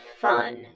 fun